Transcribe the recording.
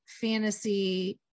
fantasy